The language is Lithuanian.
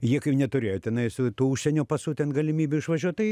jie neturėjo tenais tuo užsienio pasu ten galimybių išvažiuot tai